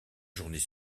journée